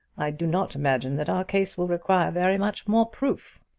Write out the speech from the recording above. i do not imagine that our case will require very much more proof.